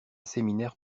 séminaire